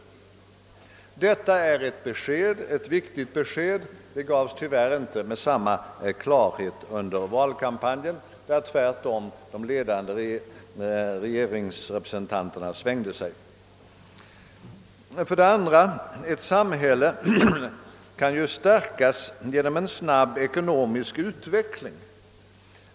Detta är ett viktigt besked — det gavs tyvärr inte med samma klarhet under valkampanjen, där tvärtom de ledande regeringsrepresentanterna svängde sig i denna fråga. Men ett samhälle kan stärkas också genom en snabb ekonomisk utveckling.